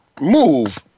move